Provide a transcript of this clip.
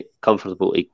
comfortable